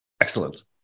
Excellent